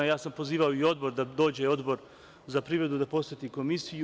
Ja sam pozivao i odbor da dođe, Odbor za privredu, da poseti Komisiju.